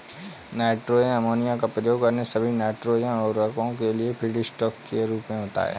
nitrogen ammonia का उपयोग अन्य सभी नाइट्रोजन उवर्रको के लिए फीडस्टॉक के रूप में होता है